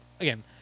again